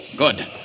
Good